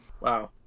wow